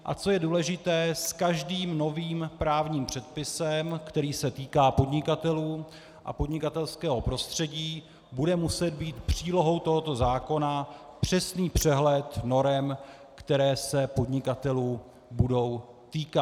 A co je důležité, s každým novým právním předpisem, který se týká podnikatelů a podnikatelského prostředí, bude muset být přílohou tohoto zákona přesný přehled norem, které se podnikatelů budou týkat.